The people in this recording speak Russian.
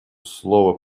слова